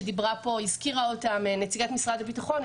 שהזכירה נציגת משרד הביטחון,